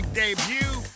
debut